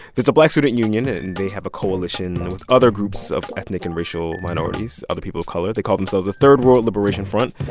there's a black student union, and and they have a coalition and with other groups of ethnic and racial minorities, other people of color. they call themselves the third world liberation front.